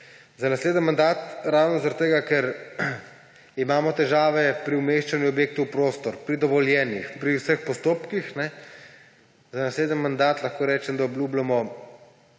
Za naslednji mandat ravno zaradi tega, ker imamo težave pri umeščanju objektov v prostor, pri dovoljenjih, pri vseh postopkih, lahko rečem, da obljubljamo